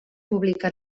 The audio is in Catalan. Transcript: pública